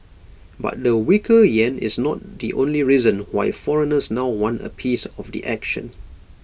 but the weaker Yen is not the only reason why foreigners now want A piece of the action